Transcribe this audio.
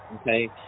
okay